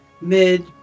mid